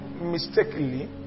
mistakenly